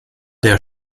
der